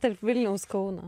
tarp vilniaus kauno